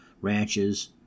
Ranches